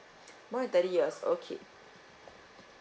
more than thirty years okay